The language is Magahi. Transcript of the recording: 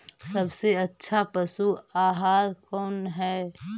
सबसे अच्छा पशु आहार कौन है?